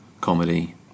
comedy